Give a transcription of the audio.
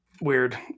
weird